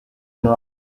wrong